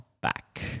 back